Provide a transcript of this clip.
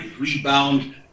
rebound